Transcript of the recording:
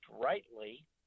rightly